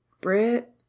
Brit